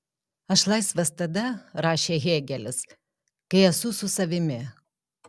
aš laisvas tada rašė hėgelis kai esu su savimi